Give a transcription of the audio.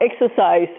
exercise